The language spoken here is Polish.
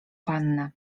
pannę